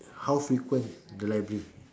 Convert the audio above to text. how frequent the library